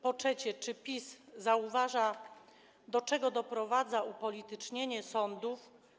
Po trzecie, czy PiS zauważa, do czego doprowadza upolitycznienie sądów?